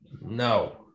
No